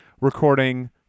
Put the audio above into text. recording